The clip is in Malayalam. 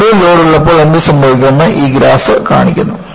കൂടുതൽ ലോഡ് ഉള്ളപ്പോൾ എന്ത് സംഭവിക്കുമെന്ന് ഈ ഗ്രാഫ് കാണിക്കുന്നു